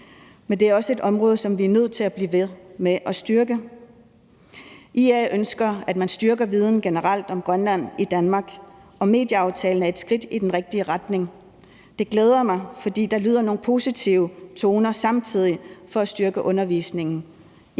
Det er også et område, som vi er nødt til at blive ved med at styrke. IA ønsker, at man styrker viden generelt om Grønland i Danmark, og medieaftalen er et skridt i den rigtige retning. Det glæder mig, at der samtidig lyder nogle positive toner i forhold til at styrke undervisningen